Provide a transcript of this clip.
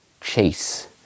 chase